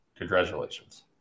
Congratulations